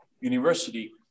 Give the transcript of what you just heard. university